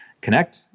connect